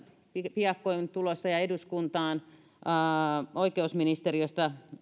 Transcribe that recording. piakkoin tulossa oikeusministeriöstä